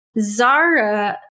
Zara